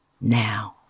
now